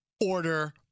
order